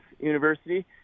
University